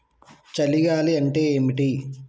చలి గాలి అంటే ఏమిటి?